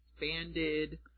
expanded